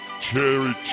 cherry